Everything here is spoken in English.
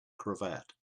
cravat